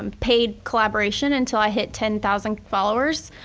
um paid collaboration until i hit ten thousand followers